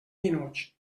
minuts